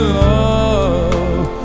love